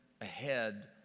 ahead